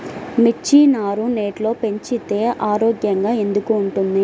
మిర్చి నారు నెట్లో పెంచితే ఆరోగ్యంగా ఎందుకు ఉంటుంది?